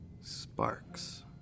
Sparks